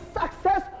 success